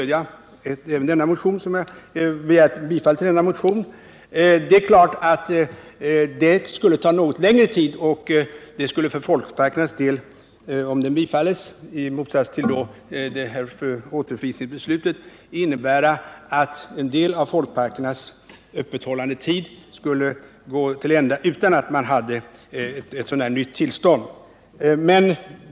Det skulle naturligtvis ta något längre tid och för folkparkernas del skulle ett bifall till motionens återförvisningsyrkande innebära att en del av öppethållandetiden skulle gå till ända utan att nytt tillstånd hunnit erhållas.